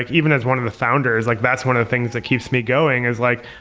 even as one of the founders, like that's one of the things that keeps me going is like,